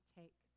take